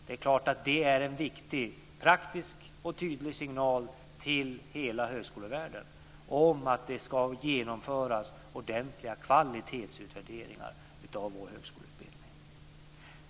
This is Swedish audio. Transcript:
Det är klart att det är en viktig praktisk och tydlig signal till hela högskolevärlden om att det ska genomföras ordentliga kvalitetsutvärderingar av vår högskoleutbildning.